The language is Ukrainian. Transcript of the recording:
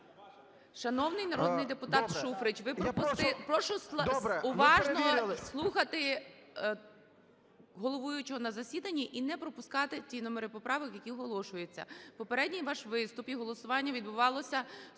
Шановний народний депутат Шуфрич, ви пропустили… прошу уважно слухати головуючого на засіданні і не пропускати ті номери поправок, які оголошуються. Попередній ваш виступ і голосування відбувалося